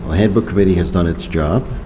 handbook committee has done its job.